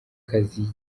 kazi